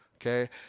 Okay